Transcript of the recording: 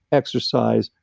exercise,